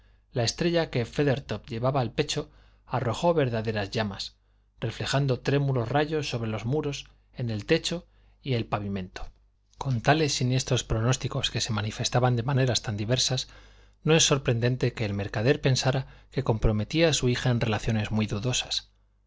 la estrella que feathertop llevaba al pecho arrojó verdaderas llamas reflejando trémulos rayos sobre los muros el techo y el pavimento con tales siniestros pronósticos que se manifestaban de maneras tan diversas no es sorprendente que el mercader pensara que comprometía a su hija en relaciones muy dudosas